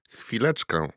Chwileczkę